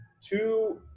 two